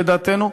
לדעתנו,